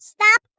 Stop